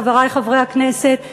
חברי חברי הכנסת,